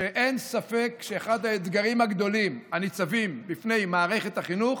שאין ספק שאחד האתגרים הגדולים הניצבים בפני מערכת החינוך